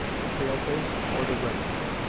the pale-face, or the red girl.